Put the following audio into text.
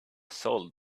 sold